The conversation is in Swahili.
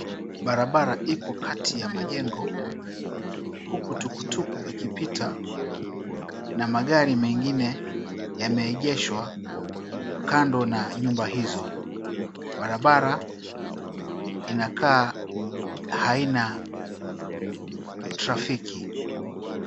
Barabara iko kati ya majengo, huku tukutuku ikipita na magari mengine yameegeshwa kando na nyumba hizo. Barabara inakaa haina (cs)trafiki(cs).